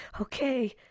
okay